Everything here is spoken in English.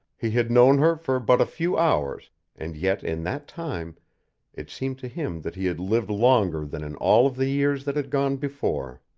he had known her for but a few hours and yet in that time it seemed to him that he had lived longer than in all of the years that had gone before.